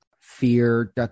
fear